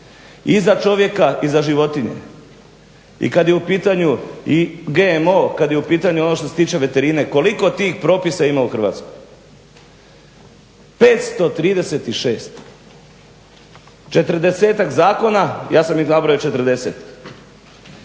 i za čovjeka i za životinje i kad je u pitanju i GMO, kad je u pitanju ono što se tiče veterine koliko tih propisa ima u Hrvatskoj? 536, 40-ak zakona, ja sam ih nabrojao 40